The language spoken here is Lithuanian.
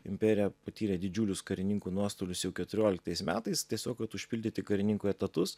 imperija patyrė didžiulius karininkų nuostolius jau keturioliktais metais tiesiog kad užpildyti karininkų etatus